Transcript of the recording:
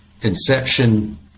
inception